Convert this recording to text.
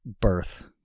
birth